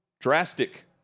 drastic